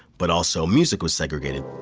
but also music was segregated